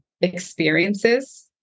experiences